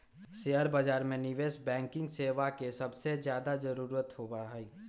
share बाजार में निवेश बैंकिंग सेवा के सबसे ज्यादा जरूरत होबा हई